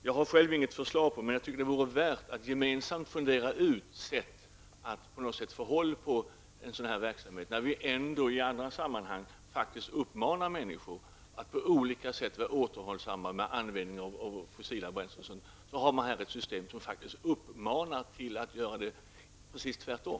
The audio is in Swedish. Jag har själv inget förslag, men jag tycker att det vore värt att gemensamt fundera ut sätt att på något vis få kåll på den här verksamheten, när vi ändå i andra sammanhang uppmanar människor att vara återhållsamma med användningen av fossila bränslen. Här har vi i stället ett system som uppmanar människor till att göra precis tvärtom.